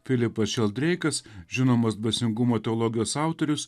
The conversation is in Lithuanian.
filipas šeldreikas žinomas dvasingumo teologijos autorius